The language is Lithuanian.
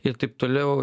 ir taip toliau